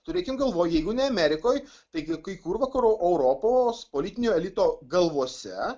turėkim galvoe jeigu ne amerikoj tai kai kur vakarų europos politinio elito galvose